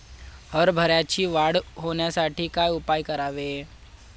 हरभऱ्याची वाढ होण्यासाठी काय उपाय करावे?